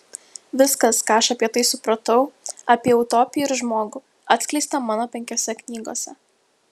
viskas ką aš apie tai supratau apie utopiją ir žmogų atskleista mano penkiose knygose